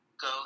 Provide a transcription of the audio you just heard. go